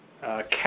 cap